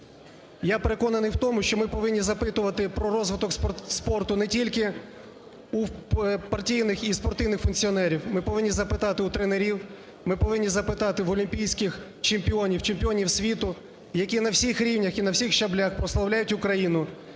я переконаний в тому, що ми повинні запитувати про розвиток спорту не тільки у партійних і спортивних функціонерів. Ми повинні запитати у тренерів, ми повинні запитати в олімпійських чемпіонів, чемпіонів світу, які на всіх рівнях і на всіх щаблях прославляють Україну,